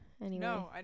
No